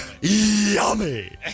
Yummy